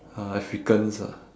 uh africans ah